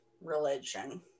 religion